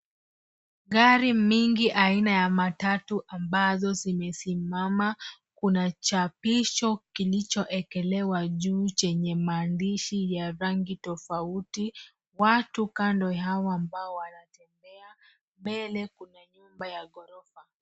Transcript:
Gari mingi aina ya matatu ambazo zimesimama. Kuna chapisho kilichoekelewa juu chenye maandishi ya rangi tofauti. Watu kando yao ambao wanatembea. Mbele kuna nyumba ya ghorofa.